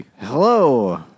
hello